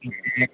ए